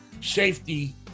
safety